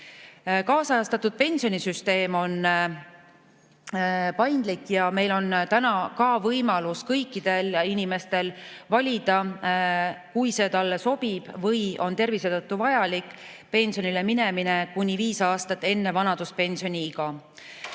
Kaasajastatud pensionisüsteem on paindlik. Ka täna on võimalus igal inimesel valida – kui see talle sobib või on tervise tõttu vajalik – pensionile minemine kuni viis aastat enne vanaduspensioniiga.